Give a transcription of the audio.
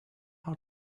how